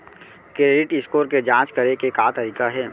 Credit score के जाँच करे के का तरीका हे?